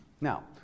Now